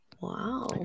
wow